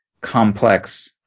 complex